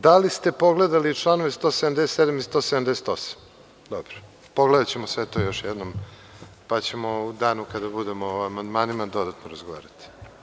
Da li ste pogledali članove 177. i 178. – dobro, pogledaćemo to još jednom pa ćemo u danu kada budemo o amandmanima dodatno razgovarati.